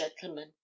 gentlemen